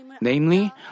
Namely